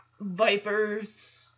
Vipers